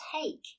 take